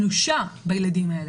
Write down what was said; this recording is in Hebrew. בילדים האלה.